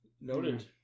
Noted